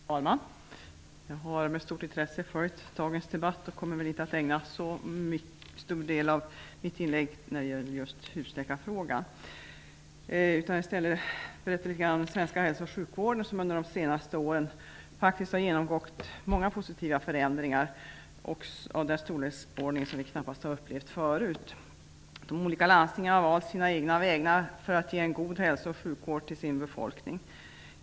Herr talman! Jag har med stort intresse följt dagens debatt och kommer nog inte att ägna särskilt stor del av mitt inlägg åt just husläkarfrågan. I stället skall jag tala litet grand om den svenska hälso och sjukvården, som under de senaste åren faktiskt har genomgått många positiva förändringar -- och då av en storleksordning som vi knappast har upplevt förut. De olika landstingen har valt sina egna vägar för att ge sin befolkning en god hälso och sjukvård.